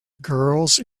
girls